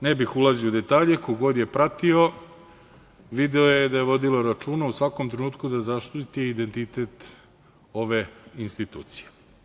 Ne bih ulazio u detalje, ko god je pratio, video je da je vodila računa u svakom trenutku da zaštiti identitet ove institucije.